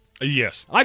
Yes